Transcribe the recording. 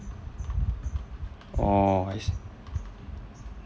oh I see